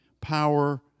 power